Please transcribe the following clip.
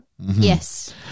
yes